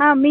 हां मी